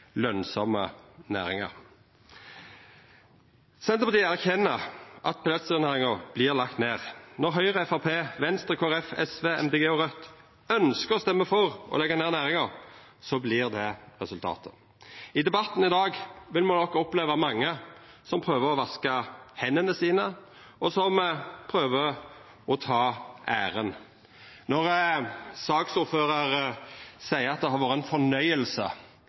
erkjenner at pelsdyrnæringa vert lagd ned. Når Høgre, Framstegspartiet, Venstre, Kristeleg Folkeparti, SV, Miljøpartiet Dei Grøne og Raudt ønskjer å stemma for å leggja ned næringa, vert det resultatet. I debatten i dag vil me nok oppleva mange som prøver å vaska hendene sine, og som prøver å ta æra. Når saksordføraren seier at det har vore ein fornøyelse